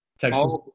Texas